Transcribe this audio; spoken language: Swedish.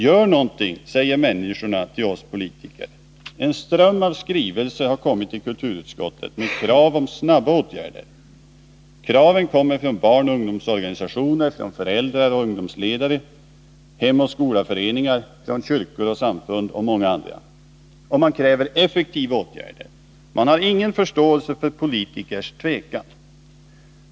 Gör någonting, säger människorna till oss politiker. En ström av skrivelser har kommit till kulturutskottet med krav om snabba åtgärder. Kraven kommer från barnoch ungdomsorganisationer, från föräldrar och ungdomsledare, hemoch skolaföreningar, från kyrkor och samfund och många andra. Man kräver effektiva åtgärder. Man har ingen förståelse för politikers tvekan.